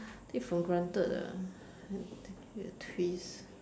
take for granted ah need a twist